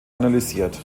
analysiert